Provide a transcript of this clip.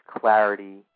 clarity